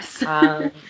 Yes